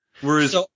whereas